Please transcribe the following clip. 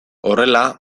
horrela